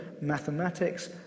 mathematics